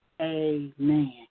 Amen